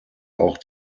auch